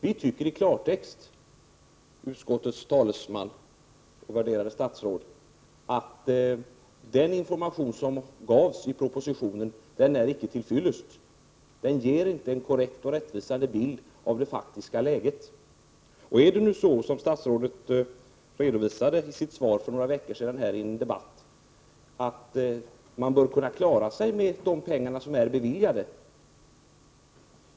Vi tycker i klartext, utskottets talesman och värderade statsråd, att den information som ges i propositionen icke är till fyllest. Den ger inte en rättvisande bild av det faktiska läget. Statsrådet sade i en debatt här för några veckor sedan att man bör kunna klara sig med de pengar som är beviljade.